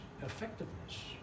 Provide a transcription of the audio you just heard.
effectiveness